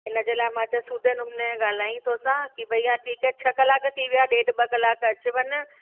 इन जे लाइ मां चयो सूदे नमूने ॻाल्हाईं तोसां की भईया ठीकु आहे छह कलाक थी विया ॾेढ ॿ कलाक अचु वञु